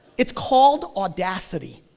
it's called audacity,